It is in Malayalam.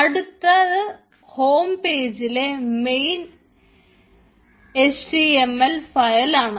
അടുത്തത് ഹോം പേജിലെ main H T M L file ആണ്